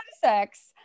sex